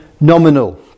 nominal